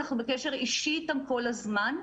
אנחנו בקשר אישי איתם כל הזמן,